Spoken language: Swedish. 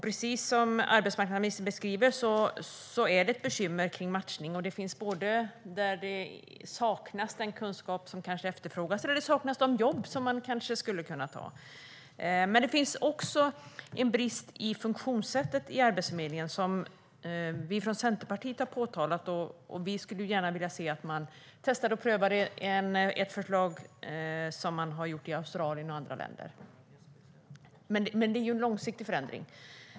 Precis som arbetsmarknadsministern beskrev är matchningen ett bekymmer när det gäller att både den kunskap som efterfrågas och de jobb man skulle kunna ta saknas. Det finns också en brist i Arbetsförmedlingens funktionssätt som vi har påtalat från Centerpartiet. Vi skulle gärna se att man testar ett förslag som man haft i Australien och andra länder, men det är en långsiktig förändring.